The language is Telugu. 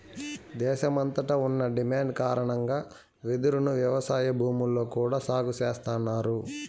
దేశమంతట ఉన్న డిమాండ్ కారణంగా వెదురును వ్యవసాయ భూముల్లో కూడా సాగు చేస్తన్నారు